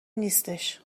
نیستش